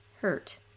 hurt